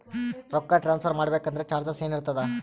ರೊಕ್ಕ ಟ್ರಾನ್ಸ್ಫರ್ ಮಾಡಬೇಕೆಂದರೆ ಚಾರ್ಜಸ್ ಏನೇನಿರುತ್ತದೆ?